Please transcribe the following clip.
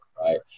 right